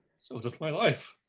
so doth my life!